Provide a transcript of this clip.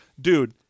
Dude